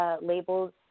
labels